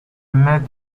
met